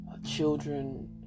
Children